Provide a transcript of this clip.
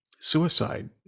suicide